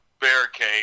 barricade